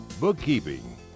bookkeeping